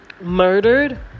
murdered